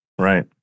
Right